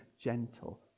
gentle